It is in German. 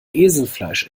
eselfleisch